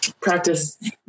practice